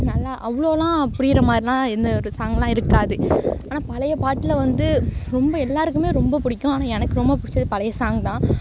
நல்லா அவ்ளோலாம் புரியமாதிர்லாம் எந்த ஒரு சாங்லான் இருக்காது ஆனால் பழைய பாடில் வந்து ரொம்ப எல்லாருக்கும் ரொம்ப பிடிக்கும் ஆனா எனக்கு ரொம்ப பிடிச்சது பழைய சாங் தான்